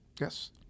Yes